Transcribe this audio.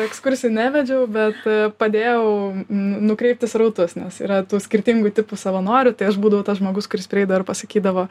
ekskursijų nevedžiau bet padėjau nukreipti srautus nes yra tų skirtingų tipų savanorių tai aš būdavau tas žmogus kuris prieidavo ir pasakydavo